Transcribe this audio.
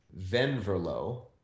Venverlo